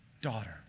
daughter